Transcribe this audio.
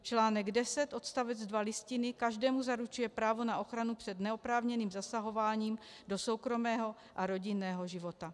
Článek 10 odst. 2 Listiny každému zaručuje právo na ochranu před neoprávněným zasahováním do soukromého a rodinného života.